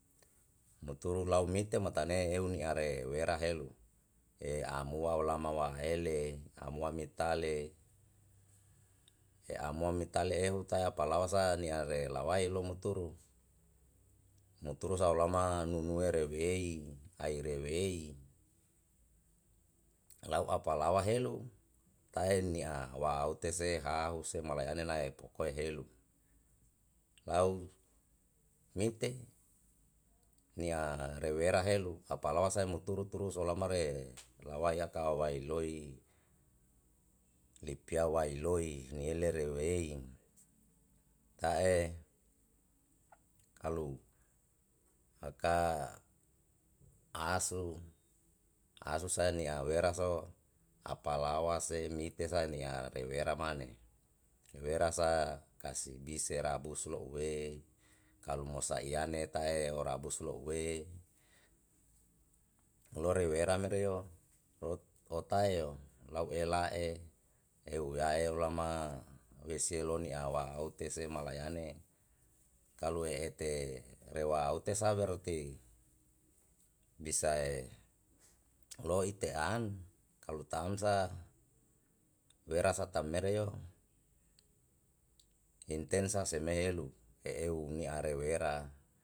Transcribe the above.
Muturu lau mite matane eu nia re wera helu e amua olama waaele amua mitale amua mitale eu ta palawa sa nia re lawae lo muturu muturu sau lama nunuere wei aire wei lau apalawa helu tae nia wa'au tese hahu se malayane nae pokoehelu lau mite nia reuwera helu apalawasae muturu turus olama re lawae yaka wai loi lipia wai loi niele rewei tae kalu haka asu asu sa nia wera so apalawa se mite sae nia rewera mane wera sa kasibi se rabus lo'ue kalu mo saiyane tae orabus lo'ue lore weram reo rot otae o lau ela e eu yae olama weselo nia wa aute se malayane kalu e ete rewa aute sa berati bisa e loite an kalu tam sa werasa tam mere yo intensa seme elu e eu nia rewera.